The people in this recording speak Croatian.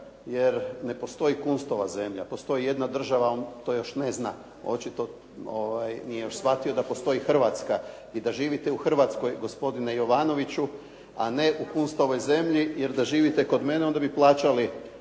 jer ne postoji Kunstova zemlja. Postoji jedna država. On to još ne zna, očito nije još shvatio da postoji Hrvatska i da živite u Hrvatskoj gospodine Jovanoviću, a ne u Kunstovoj zemlji. Jer da živite kod mene onda bi plaćali